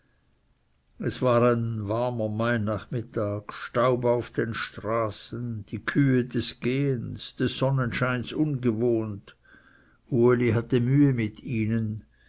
es war ein warmer mainachmittag staub auf den straßen die kühe des gehens des sonnenscheins ungewohnt uli hatte mühe mit ihnen